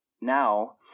now